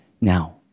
now